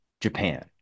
Japan